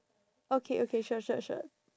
okay okay sure sure sure